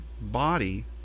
body